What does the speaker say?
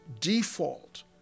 default